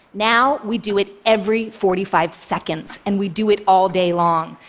now we do it every forty five seconds, and we do it all day long.